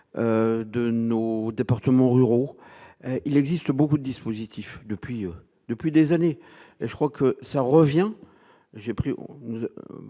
de nos départements ruraux, il existe beaucoup dispositifs depuis, depuis des années, je crois que ça revient, j'ai pris,